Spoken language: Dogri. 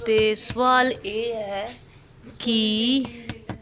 ते सोआल ऐ कि